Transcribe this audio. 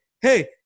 hey